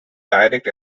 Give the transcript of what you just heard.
direct